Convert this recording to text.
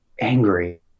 angry